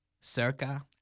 Circa